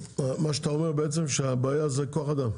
מה שאתה אומר בעצם זה כוח אדם.